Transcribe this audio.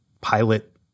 pilot